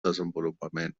desenvolupament